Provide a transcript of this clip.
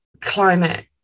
climate